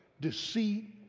deceit